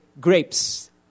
grapes